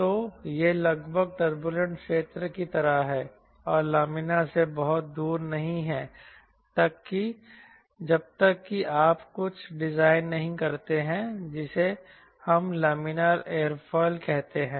तो यह लगभग टर्बूलेंट क्षेत्र की तरह है और लामिना से बहुत दूर नहीं है जब तक कि आप कुछ डिजाइन नहीं करते हैं जिसे हम लामिना एयरोफिल कहते हैं